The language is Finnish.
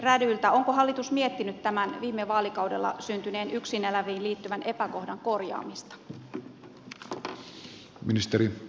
onko hallitus miettinyt tämän viime vaalikaudella syntyneen yksin eläviin liittyvän epäkohdan korjaamista